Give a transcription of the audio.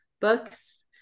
books